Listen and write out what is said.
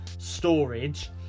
storage